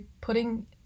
putting